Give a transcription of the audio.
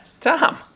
Tom